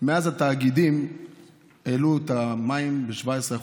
מאז התאגידים העלו את המים ב-17%,